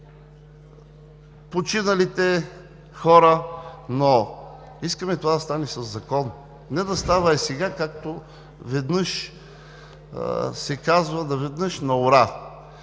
починалите хора, но искаме това да стане със закон, а не да става ей сега, както се казва: наведнъж, на ура!